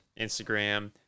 Instagram